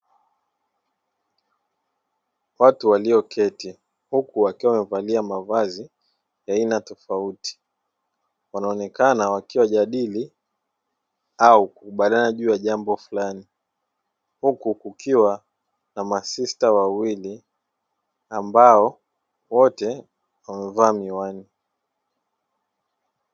Watu walio keti huku wakiwa wamevalia mavazi ya aina tofauti; wanaonekana wakiwajadili au kukubaliana juu ya jambo fulani, huku kukiwa na masista wawili ambao wote wamevaa miwani.